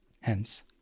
Hence